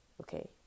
okay